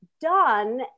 done